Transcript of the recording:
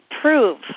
prove